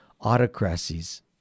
autocracies